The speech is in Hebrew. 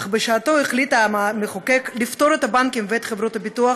אך בשעתו החליט המחוקק לפתור את הבנקים וחברות הביטוח